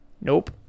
Nope